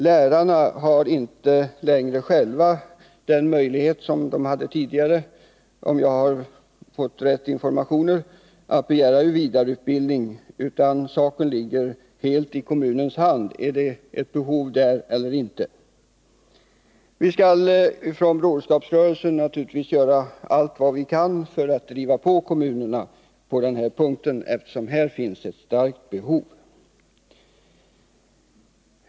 Lärarna har inte längre själva den möjlighet som de hade tidigare — om jag har fått rätta informationer — att begära vidareutbildning. Det ligger i kommunens hand att avgöra om det finns ett behov av sådan vidareutbildning eller inte. Vi skall från Broderskapsrörelsen göra allt vad vi kan för att driva på kommunerna på den punkten, eftersom det härvidlag finns ett stort behov.